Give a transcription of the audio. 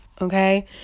Okay